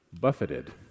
buffeted